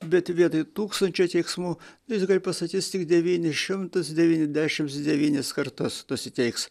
bet vietoj tūkstančio keiksmų jis gal pasakys tik devynis šimtus devyniasdešim devynis kartus nusiteiks